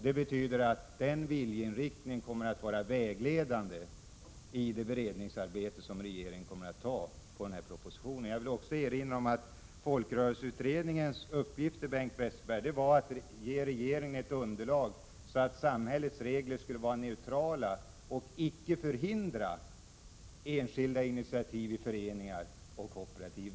Det betyder att den viljeinriktningen kommer att vara vägledande i regeringens beredningsarbete inför den kommande propositionen. Jag vill också erinra om att folkrörelseutredningens uppgift var att ge regeringen ett underlag så att samhällets regler skulle kunna bli neutrala och inte förhindra enskilda initiativ i föreningar och kooperativ.